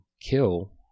kill